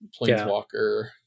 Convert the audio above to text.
planeswalker